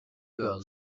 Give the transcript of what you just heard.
girl